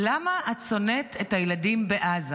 למה את שונאת את הילדים בעזה?